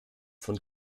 von